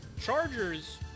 Chargers